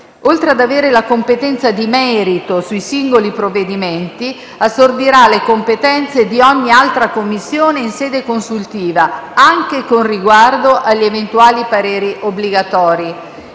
Oltre ad avere la competenza di merito sui singoli provvedimenti, assorbirà le competenze di ogni altra Commissione in sede consultiva, anche con riguardo agli eventuali pareri obbligatori.